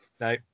no